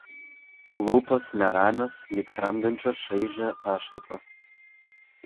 lūpos neramios lyg tramdančios šaižią pašaipą